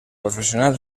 profesional